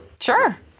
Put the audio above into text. Sure